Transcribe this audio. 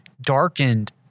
darkened